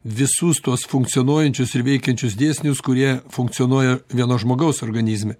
visus tuos funkcionuojančius ir veikiančius dėsnius kurie funkcionuoja vieno žmogaus organizme